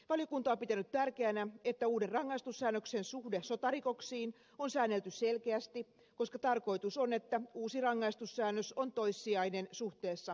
valiokunta on pitänyt tärkeänä että uuden rangaistussäännöksen suhde sotarikoksiin on säännelty selkeästi koska tarkoitus on että uusi rangaistussäännös on toissijainen suhteessa sotarikoksiin